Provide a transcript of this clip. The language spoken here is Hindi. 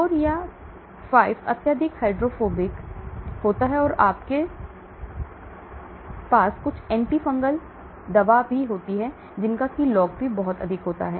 4 या 5 अत्यधिक हाइड्रोफोबिक होता है आपके पास कुछ एंटी फंगल दवा होती है जिनका पी लॉग बहुत अधिक होता है